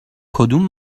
کدوم